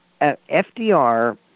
FDR